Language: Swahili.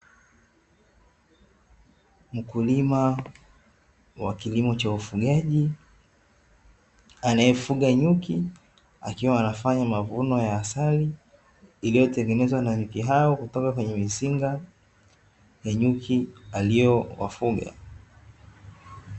Mkulima wa kilimo cha ufugaji anayefuga nyuki akiwa anafanya mavuno ya asali iliyotengenezwa na nyuki hao, kutoka kwenye mizinga ya nyuki aliowafuga.